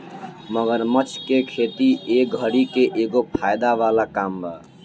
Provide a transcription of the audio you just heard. मगरमच्छ के खेती ए घड़ी के एगो फायदा वाला काम बा